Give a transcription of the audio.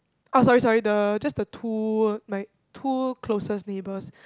oh sorry sorry the just the two my two closest neighbors